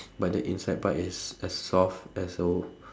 but the inside part is soft and so